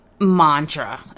mantra